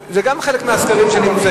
זה גם אחד מהסקרים שנמצאים.